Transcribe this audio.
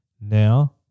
now